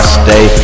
stay